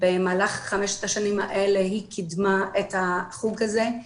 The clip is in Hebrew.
במהלך חמש השנים האלה היא קידמה את החוג הזה,